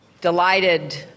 delighted